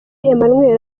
emmanuel